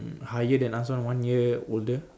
higher than us one one year older